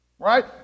Right